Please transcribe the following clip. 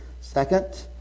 Second